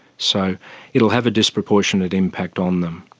so it will have a disproportionate impact on them.